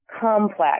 complex